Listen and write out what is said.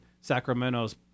Sacramento's